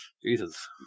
Jesus